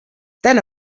then